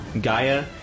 Gaia